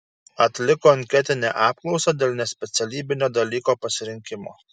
atliko anketinę apklausą dėl nespecialybinio dalyko pasirinkimo